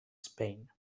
spain